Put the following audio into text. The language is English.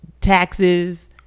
taxes